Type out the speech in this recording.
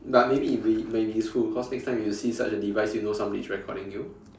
but maybe it'll be may be useful cause next time you see such a device you know somebody is recording you